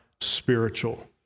spiritual